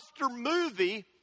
movie